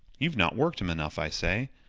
you've not worked him enough, i say.